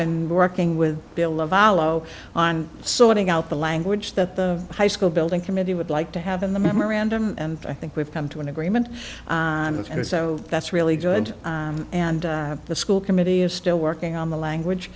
and working with bill of alo on sorting out the language that the high school building committee would like to have in the memorandum and i think we've come to an agreement on that and so that's really joined and the school committee is still working on the language